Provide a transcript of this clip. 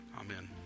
Amen